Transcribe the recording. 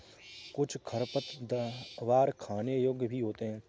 कुछ खरपतवार खाने योग्य भी होते हैं